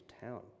town